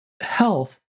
health